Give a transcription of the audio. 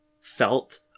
felt